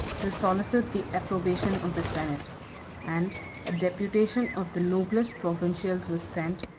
to solicit the approbation of the senate and a deputation of the noblest provincials was sent,